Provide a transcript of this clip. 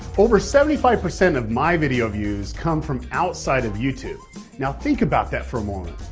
over seventy five percent of my video views come from outside of youtube now think about that for a moment.